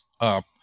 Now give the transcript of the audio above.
up